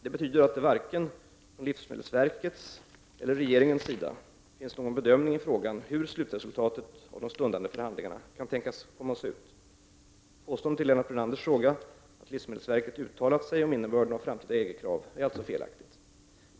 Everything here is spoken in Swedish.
Det betyder att det varken från livsmedelsverkets eller regeringens sida finns någon bedömning i fråga om hur slutresultatet av de stundande förhandlingarna kan tänkas komma att se ut. Påståendet i Lennart Brunanders fråga, att livsmedelsverket uttalat sig om innebörden av framtida EG-krav, är alltså felaktigt.